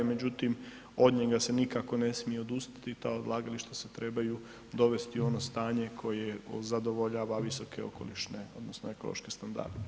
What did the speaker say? Međutim, od njega se nikako ne smije odustati, ta odlagališta se trebaju dovesti u ono stanje koje zadovoljava visoke okolišne odnosno ekološke standarde.